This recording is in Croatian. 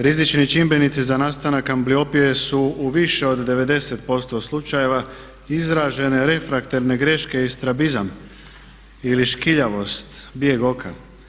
Rizični čimbenici za nastanak ambliopije su u više od 90% slučajeva izražene refraktorne greške i strabizam ili škiljavost, bijeg oka.